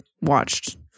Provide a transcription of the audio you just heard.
watched